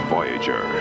Voyager